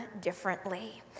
differently